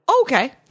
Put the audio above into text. okay